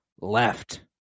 left